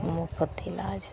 मुफत इलाज